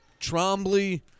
Trombley